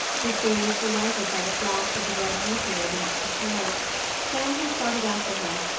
his gaze delighted by the flash of the red meteor against the snow then he started after her,